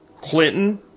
Clinton